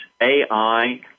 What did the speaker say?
AI